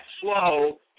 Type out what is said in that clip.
slow